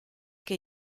que